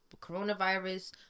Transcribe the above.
coronavirus